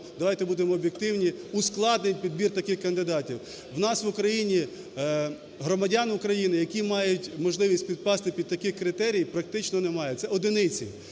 давайте будемо об'єктивні, ускладнить підбір таких кандидатів. У нас в Україні громадян України, які мають можливість підпасти під такі критерії, практично немає, це одиниці.